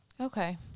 Okay